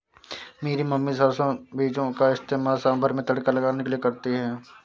मेरी मम्मी सरसों बीजों का इस्तेमाल सांभर में तड़का लगाने के लिए करती है